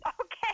Okay